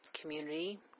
community